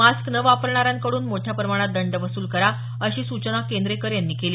mask न वापरणाऱ्यांकडून मोठ्या प्रमाणात दंड वसूल करा अशी सूचना केंद्रेकर यांनी केली